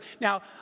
Now